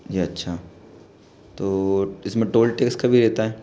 जी अच्छा तो इस में टोल टैक्स का भी रहता है